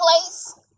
place